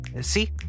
See